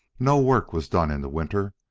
no work was done in the winter,